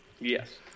Yes